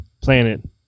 Planet